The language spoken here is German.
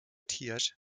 thiersch